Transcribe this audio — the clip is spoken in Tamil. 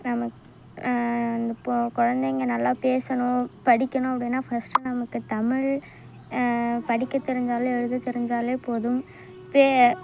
நாம் இப்போது குழந்தைங்க நல்லா பேசணும் படிக்கணும் அப்படின்னா ஃபஸ்ட்டு நமக்கு தமிழ் படிக்க தெரிஞ்சாலே எழுத தெரிஞ்சாலே போதும் பே